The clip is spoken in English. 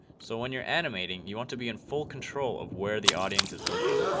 so when you're animating you want to be in full control of where the audience is looking.